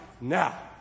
now